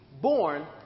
born